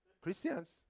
Christians